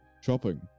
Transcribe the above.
Shopping